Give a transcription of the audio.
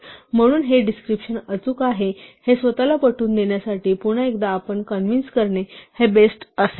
म्हणून हे डिस्क्रिप्शन अचूक आहे हे स्वतःला पटवून देण्यासाठी पुन्हा एकदा आपण हे कॉन्व्हिन्स करणे हे बेस्ट असेल